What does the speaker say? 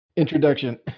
introduction